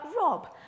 Rob